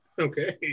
Okay